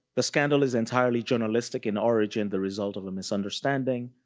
the scandal is entirely journalistic in origin, the result of a misunderstanding.